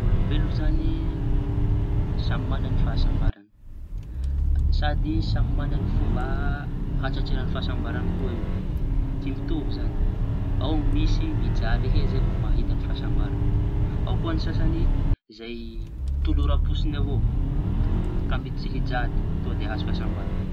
Olombelo zañy samy maña ny fahasambarañy. Sady samby mañana ny fomba hahatratrarañy. Ny fahasambarañy koa io tsy mitovy zañy ao misy mijaly e zay vao mahita fahasambaraña. Ao koa ny sasañy zay toloram-potsiñy avao ka mety tsy hijaly tonga de ahazo fahasambaraña.